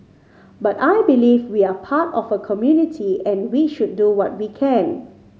but I believe we are part of a community and we should do what we can